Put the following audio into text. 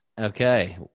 Okay